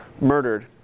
murdered